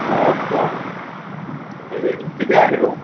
ও আচ্ছা হেৰি কেতিয়া আহিব